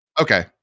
okay